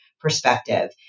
perspective